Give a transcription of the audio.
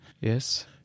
Yes